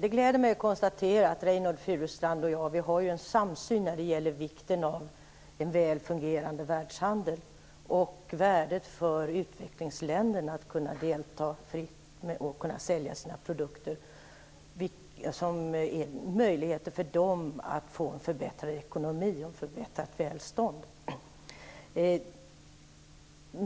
Det gläder mig att konstatera att Reynoldh Furustrand och jag har en samsyn när det gäller vikten av en väl fungerande världshandel och i fråga om värdet för utvecklingsländerna av att kunna delta fritt och kunna sälja sina produkter, vilket ger dem möjligheter att få en förbättrad ekonomi och ett förbättrat välstånd.